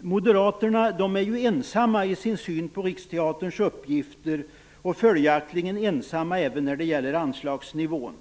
Moderaterna är ensamma i sin syn på Riksteaterns uppgifter och följaktligen ensamma även när det gäller anslagsnivån.